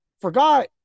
forgot